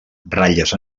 ratlles